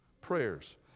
prayers